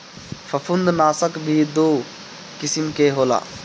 फंफूदनाशक भी दू किसिम के होला